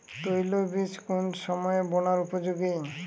তৈলবীজ কোন সময়ে বোনার উপযোগী?